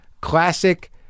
Classic